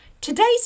Today's